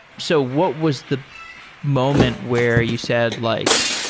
so what was the moment where you said like,